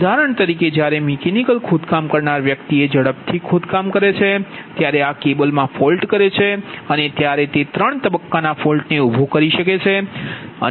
ઉદાહરણ તરીકે જ્યારે મિકેનિકલ ખોદકામ કરનાર વ્યક્તિ એ ઝડપથી ખોદ કામ કરે છે ત્યારે આ કેબલ મા ફોલ્ટ કરે છે અને ત્યારે તે ત્રણ તબક્કાના ફોલ્ટને ઉભો કરી શકે છે